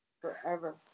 Forever